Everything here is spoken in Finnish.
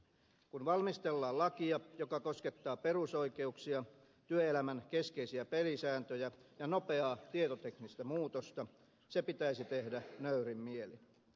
kun valmistellaan lakia joka koskettaa perusoikeuksia työelämän keskeisiä pelisääntöjä ja nopeaa tietoteknistä muutosta se pitäisi tehdä nöyrin mielin